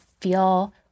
feel